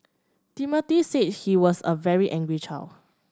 Timothy said he was a very angry child